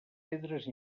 pedres